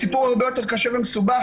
הסיפור הרבה יותר קשה ומסובך.